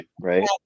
Right